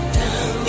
down